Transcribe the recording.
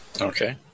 Okay